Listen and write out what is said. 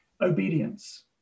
obedience